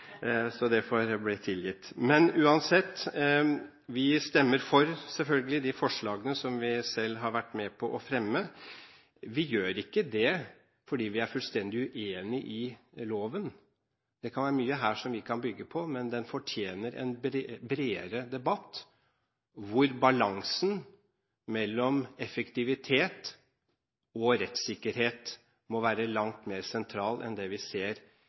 så det får bli tilgitt! Uansett: Vi stemmer selvfølgelig for de forslagene som vi selv har vært med på å fremme. Vi gjør ikke det fordi vi er fullstendig uenig i loven, det kan være mye her som vi kan bygge på, men den fortjener en bredere debatt, hvor balansen mellom effektivitet og rettssikkerhet må være langt mer sentral enn det vi ser